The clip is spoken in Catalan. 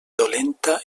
dolenta